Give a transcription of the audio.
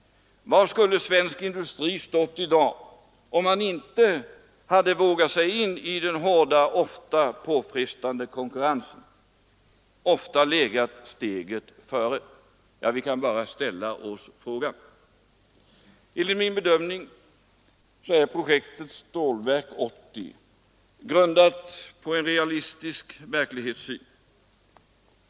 Var skulle svensk industri ha stått i dag om man inte hade vågat sig in i den hårda, ofta påfrestande konkurrensen? Ofta legat steget före? Vi kan bara ställa oss den frågan. Enligt min bedömning är projektet Stålverk 80 grundat på en realistisk verklighetssyn.